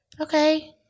Okay